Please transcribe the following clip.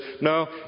no